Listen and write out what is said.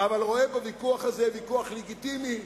אבל רואה בוויכוח הזה ויכוח לגיטימי,